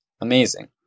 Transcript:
amazing